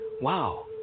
Wow